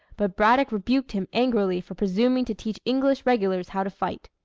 but braddock rebuked him angrily for presuming to teach english regulars how to fight.